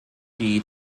die